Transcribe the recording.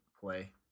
play